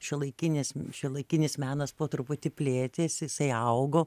šiuolaikinis šiuolaikinis menas po truputį plėtėsi jisai augo